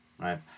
right